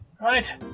Right